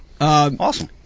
Awesome